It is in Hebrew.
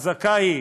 חזקה היא